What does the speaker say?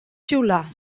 xiular